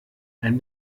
ein